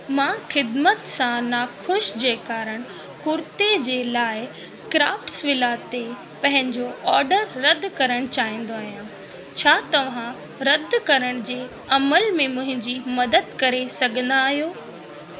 मां ख़िदमत सां नाख़ुशि जे कारण कुर्ते जे लाइ क्राफ्ट्सविला ते पंहिंजो ऑडर रदि करणु चाहींदो आहियां छा तव्हां रदि करण जे अमल में मुंहिंजी मदद करे सघंदा आहियो